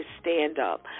stand-up